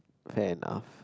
PayNow